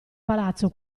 palazzo